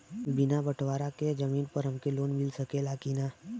बिना बटवारा के जमीन पर हमके लोन मिल सकेला की ना?